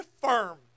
firm